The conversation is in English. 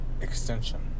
extension